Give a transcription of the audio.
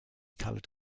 colored